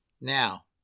Now